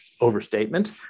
overstatement